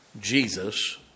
Jesus